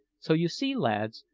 so you see, lads,